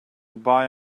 buy